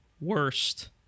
worst